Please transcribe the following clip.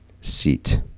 Seat